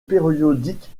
périodique